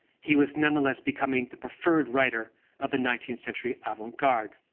he was nonetheless becoming the preferred writer of the nineteenth century avant-garde.